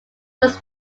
was